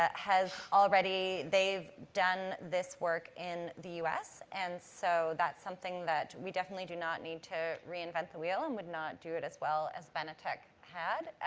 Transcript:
has already, they've done this work in the u s. and so, that's something that we definitely do not need to reinvent the wheel and would not do it as well as benetech had,